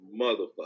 motherfucker